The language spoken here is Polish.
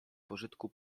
pożytku